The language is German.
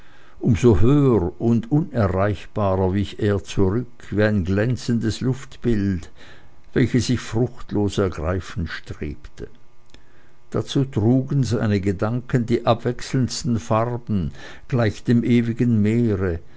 so höher und unerreichbarer wich er zurück wie ein glänzendes luftbild welches ich fruchtlos zu ergreifen strebte dazu trugen seine gedanken die abwechselndsten farben gleich dem ewigen meere